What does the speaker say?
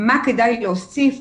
מה כדאי להוסיף,